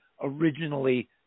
originally